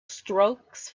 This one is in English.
strokes